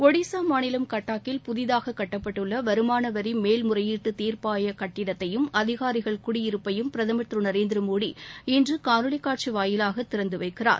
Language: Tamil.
ஒடிஸா மாநிலம் கட்டாக்கில் புதிதாக கட்டப்பட்டுள்ள வருமானவரி மேல்முறையீட்டு தீாப்பாயம் கட்டிடத்தையும் அதிகாரிககள் குடியிருப்பையும் பிரதமர் திரு நரேந்திரமோடி இன்று காணொலி காட்சி வாயிலாக திறந்து வைக்கிறார்